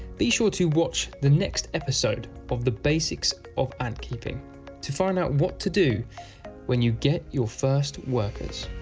be sure to watch the next episode of the basics of ant keeping to find out what to do when you get your first workers.